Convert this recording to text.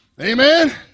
Amen